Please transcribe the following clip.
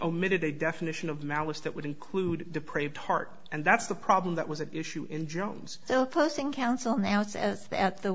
omitted a definition of malice that would include deprived heart and that's the problem that was an issue